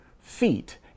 feet